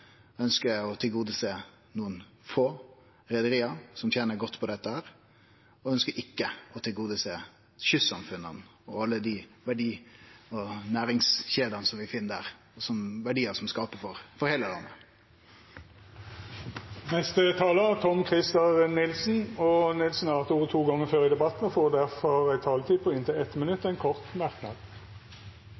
å tilgodesjå nokre få reiarlag som tener godt på dette, og ikkje ønskjer å tilgodesjå kystsamfunna og alle dei verdi- og næringskjedene vi finn der, som skaper verdiar for heile landet. Representanten Tom-Christer Nilsen har hatt ordet to gonger tidlegare og får ordet til ein kort merknad, avgrensa til 1 minutt.